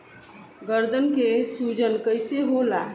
गर्दन के सूजन कईसे होला?